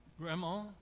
Grandma